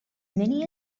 many